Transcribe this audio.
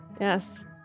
Yes